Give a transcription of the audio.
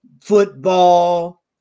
football